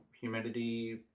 humidity